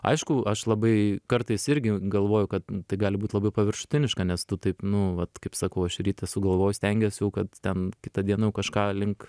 aišku aš labai kartais irgi galvoju kad tai gali būt labai paviršutiniška nes tu taip nu vat kaip sakau aš rytą sugalvoju stengiuos jau kad ten kitą dien jau kažką link